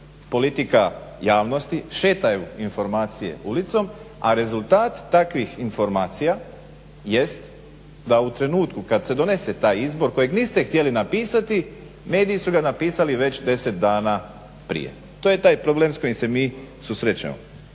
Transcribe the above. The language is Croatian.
politika javnosti, šetaju informacije ulicom a rezultat takvih informacija jest da u trenutku kada se donese taj izbor kojeg niste htjeli napisati mediji su ga napisali već 10 dana prije. To je taj problem s kojim se mi susrećemo.